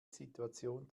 situation